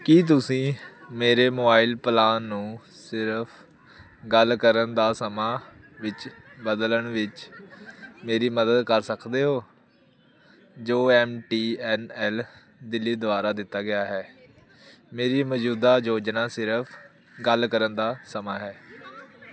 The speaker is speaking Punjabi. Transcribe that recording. ਕੀ ਤੁਸੀਂ ਮੇਰੇ ਮੋਬਾਈਲ ਪਲਾਨ ਨੂੰ ਸਿਰਫ਼ ਗੱਲ ਕਰਨ ਦਾ ਸਮਾਂ ਵਿੱਚ ਬਦਲਣ ਵਿੱਚ ਮੇਰੀ ਮਦਦ ਕਰ ਸਕਦੇ ਹੋ ਜੋ M T N L Delhi ਦੁਆਰਾ ਦਿੱਤਾ ਗਿਆ ਹੈ ਮੇਰੀ ਮੌਜੂਦਾ ਯੋਜਨਾ ਸਿਰਫ਼ ਗੱਲ ਕਰਨ ਦਾ ਸਮਾਂ ਹੈ